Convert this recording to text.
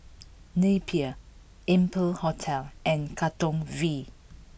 Napier Amber Hotel and Katong V